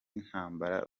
intambara